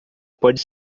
pode